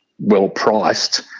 well-priced